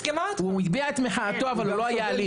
הוא הגביה את מחאתו אבל הוא לא היה אלים.